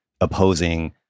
opposing